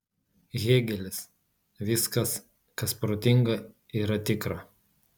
hėgelis viskas kas protinga yra tikra